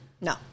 no